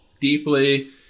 deeply